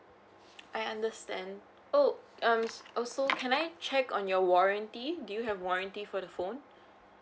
I understand oh um also can I check on your warranty do you have warranty for the phone